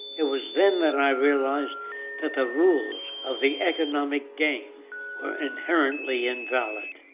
it was then that i realized that the rules of the economic game were inherently invalid.